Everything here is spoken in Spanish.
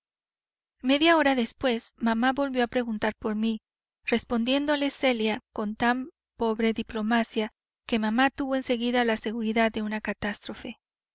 media hora después mamá volvió a preguntar por mí respondiéndole celia con tan pobre diplomacia que mamá tuvo en seguida la seguridad de una catástrofe